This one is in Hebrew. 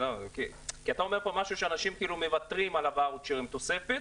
כי אתה אומר פה שכאילו אנשים מוותרים על הוואוצ'ר עם התוספת,